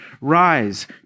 Rise